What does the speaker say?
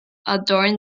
adorn